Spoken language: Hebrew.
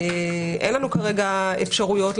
אין לנו כרגע אפשרויות,